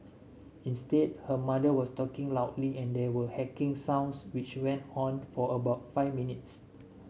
instead her mother was talking loudly and there were hacking sounds which went on for about five minutes